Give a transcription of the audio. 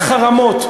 לא לדבר על חרמות,